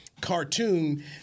cartoon